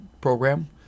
program